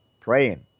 praying